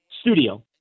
studio